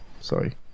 sorry